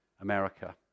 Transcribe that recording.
America